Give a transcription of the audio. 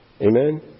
Amen